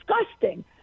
disgusting